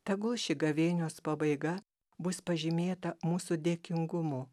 tegul ši gavėnios pabaiga bus pažymėta mūsų dėkingumu